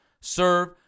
serve